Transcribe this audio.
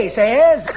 says